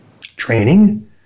training